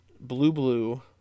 blue-blue